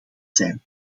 zijn